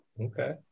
Okay